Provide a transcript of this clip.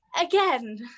again